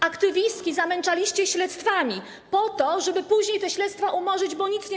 Aktywistki zamęczaliście śledztwami po to, żeby później te śledztwa umorzyć, bo nic nie